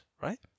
right